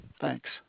Thanks